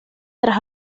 tras